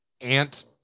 ant